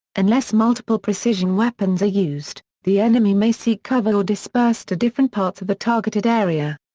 unless multiple precision weapons are used, the enemy may seek cover or disperse to different parts of the targeted area.